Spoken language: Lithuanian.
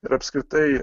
ir apskritai